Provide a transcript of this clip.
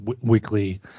weekly